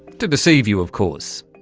to deceive you of course.